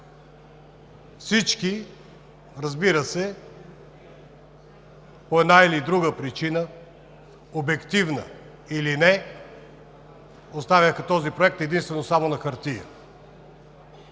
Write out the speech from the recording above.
всички, разбира се, по една или друга причина – обективна или не, оставяха този проект единствено и само на хартия.